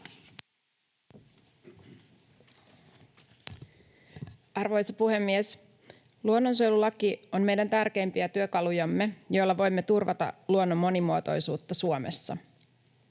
Arvoisa puhemies! Luonnonsuojelulaki on meidän tärkeimpiä työkalujamme, joilla voimme turvata luonnon monimuotoisuutta Suomessa.